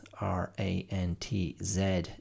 R-A-N-T-Z